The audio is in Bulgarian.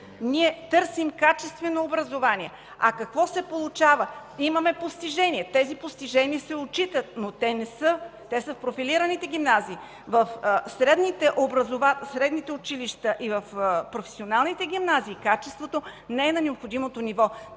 Ние търсим качествено образование, а какво се получава? Имаме постижения, тези постижения се отчитат, но те са в профилираните гимназии. В средните училища и в професионалните гимназии качеството не е на необходимото ниво.